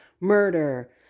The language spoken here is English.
murder